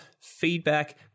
feedback